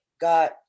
God